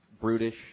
brutish